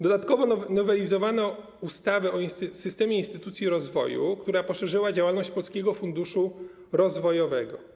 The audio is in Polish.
Dodatkowo nowelizowano ustawę o systemie instytucji rozwoju, która rozszerzyła działalność polskiego funduszu rozwojowego.